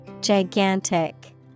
Gigantic